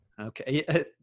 okay